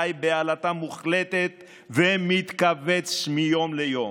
חי בעלטה מוחלטת ומתכווץ מיום ליום.